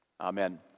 Amen